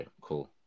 cool